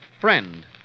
Friend